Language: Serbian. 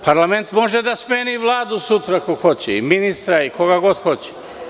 Parlament može da smeni Vladu sutra ako hoće, ministra i koga god hoće.